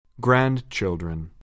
Grandchildren